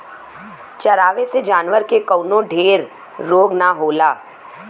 चरावे से जानवर के कवनो ढेर रोग ना होला